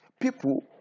people